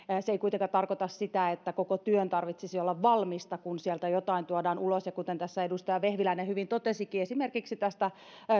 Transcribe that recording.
se ei kuitenkaan tarkoita sitä että koko työn tarvitsisi olla valmista kun sieltä jotain tuodaan ulos ja kuten tässä edustaja vehviläinen hyvin totesikin esimerkiksi tästä